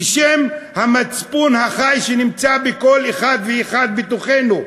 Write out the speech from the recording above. בשם המצפון החי שנמצא בכל אחד ואחד מתוכנו,